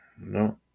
No